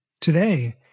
today